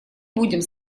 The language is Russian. будем